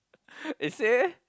eh say eh